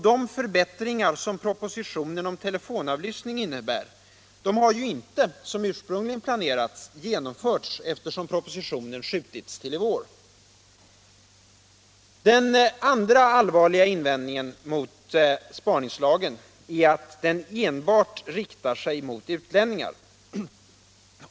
De förbättringar som propositionen om telefonavlyssning innebär har ju inte — som ursprungligen planerats — genomförts eftersom propositionen skjutits upp till i vår. Den andra allvarliga invändningen mot spaningslagen är att den enbart riktar sig mot utlänningar.